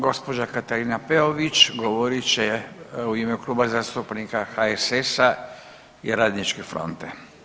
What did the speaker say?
Gospođa Katarina Peović govorit će u ime Kluba zastupnika HSS-a i Radničke fronte.